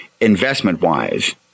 investment-wise